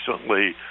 recently